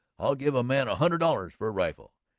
i'll give a man a hundred dollars for a rifle!